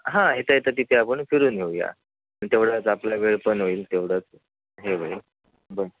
हां येता येता तिथे आपण फिरून येऊया तेवढाच आपला वेळ पण होईल तेवढंच हे होईल बरं